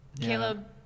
Caleb